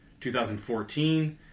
2014